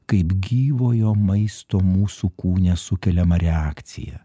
kaip gyvojo maisto mūsų kūne sukeliamą reakciją